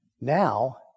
Now